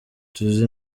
tuzi